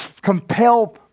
compel